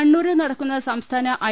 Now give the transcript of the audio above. കണ്ണൂരിൽ നടക്കുന്ന സംസ്ഥാന ഐ